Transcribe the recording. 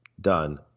done